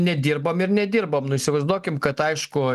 nedirbom ir nedirbam įsivaizduokim kad aišku